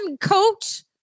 coach